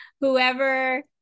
whoever